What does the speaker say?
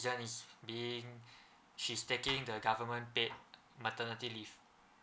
is being she's taking the government paid maternity leave